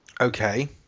Okay